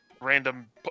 random